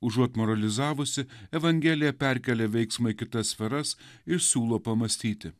užuot moralizavusi evangelija perkelia veiksmą į kitas sferas ir siūlo pamąstyti